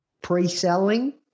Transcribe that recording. Pre-selling